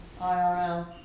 IRL